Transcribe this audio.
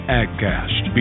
agcast